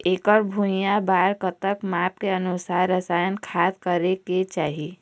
एकड़ भुइयां बार कतेक माप के अनुसार रसायन खाद करें के चाही?